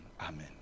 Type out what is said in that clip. amen